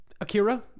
Akira